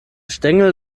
stängel